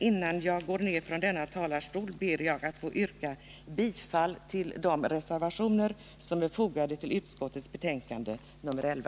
Innan jag går ned från denna talarstol ber jag emellertid att få yrka bifall till de reservationer som är fogade till utskottets betänkande nr 11.